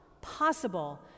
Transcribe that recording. possible